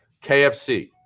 KFC